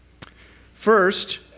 First